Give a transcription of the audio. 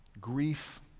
Grief